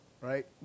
right